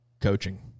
coaching